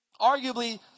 arguably